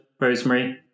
Rosemary